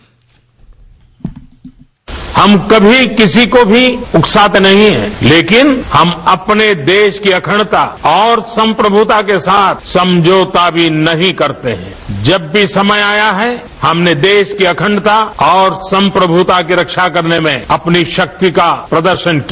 bite हम कभी किसी को उकसाते नहीं है लेकिन हम अपने देश की अखंडता और सम्प्रभूत्ता के साथ समझौता भी नहीं करते जब भी समय आया है हमने देश की अखंडता और सम्प्रभुत्ता की रक्षा करने में अपनी शक्ति का प्रदर्शन किया